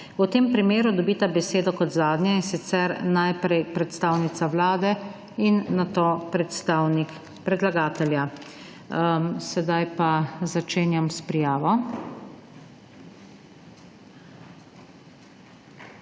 V tem primeru dobita besedo kot zadnja in sicer najprej predstavnik vlade in nato predstavnik predlagatelja. Prosim za prijavo, začenjam s prijavo.